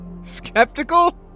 Skeptical